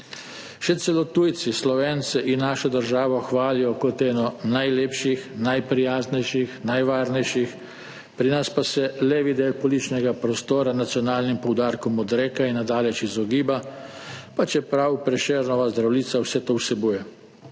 Še celo tujci Slovence in našo državo hvalijo kot eno najlepših, najprijaznejših, najvarnejših, pri nas pa se levi del političnega prostora nacionalnim poudarkom odreka in na daleč izogiba, pa čeprav Prešernova Zdravljica vse to vsebuje.